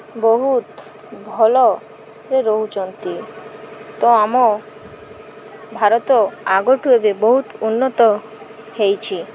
ବହୁତ ଭଲରେ ରହୁଛନ୍ତି ତ ଆମ ଭାରତ ଆଗଠୁ ଏବେ ବହୁତ ଉନ୍ନତ ହୋଇଛି